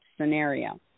scenario